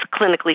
clinically